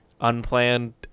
unplanned